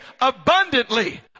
abundantly